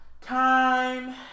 time